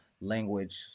language